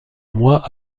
mois